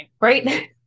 right